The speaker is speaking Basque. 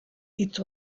hitz